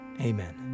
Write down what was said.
Amen